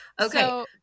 Okay